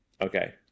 okay